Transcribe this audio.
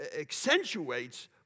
accentuates